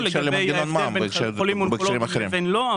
לגבי ההבדל בין חולים אונקולוגיים לבין לא,